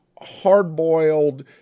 hard-boiled